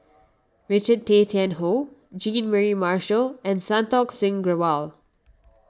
Richard Tay Tian Hoe Jean Mary Marshall and Santokh Singh Grewal